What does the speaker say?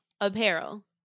Apparel